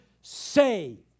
saved